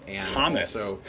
Thomas